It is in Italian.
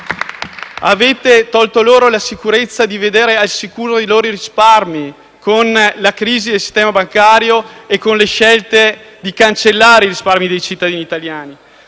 Avete tolto loro la sicurezza di vedere al sicuro i loro risparmi, con la crisi del sistema bancario e con le scelte di cancellare i risparmi dei cittadini italiani.